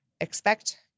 expect